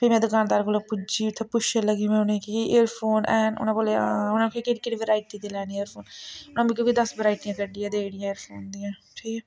फ्ही में दकानदार कोल पुज्जी उत्थै पुच्छन लगी में उ'नेंगी एयरफोन हैन उ'नें आखेआ केह्ड़ी केह्ड़ी वराईटी दे लैने एयरफोन उ'नें मिकी कोई दस वराइटियां कड्डियै देउड़ियां एयरफोन दियां ठीक ऐ